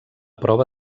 prova